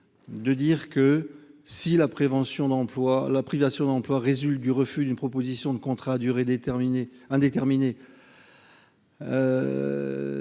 d'emploi la privation d'emploi résulte du refus d'une proposition de contrat à durée déterminée,